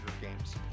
games